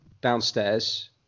downstairs